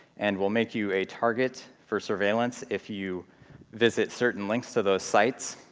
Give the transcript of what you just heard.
and will make you a target for surveillance if you visit certain links to those sites.